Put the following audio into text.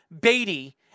Beatty